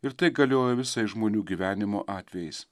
ir tai galioja visai žmonių gyvenimo atvejais